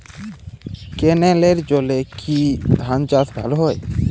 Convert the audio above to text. ক্যেনেলের জলে কি ধানচাষ ভালো হয়?